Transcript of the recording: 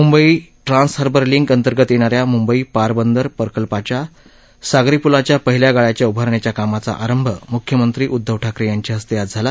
Mumbai trans harbour link अंतर्गत येणाऱ्या मुंबई पारबंदर प्रकल्पाच्या सागरी पुलाच्या पहिल्या गाळ्याच्या उभारणीच्या कामाचा आरंभ मुख्यमंत्री उद्धव ठाकरे यांच्या हस्ते आज झाला